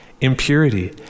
impurity